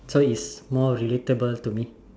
so it's more relatable to me